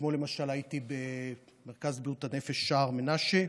אתמול למשל הייתי במרכז בריאות הנפש שער מנשה,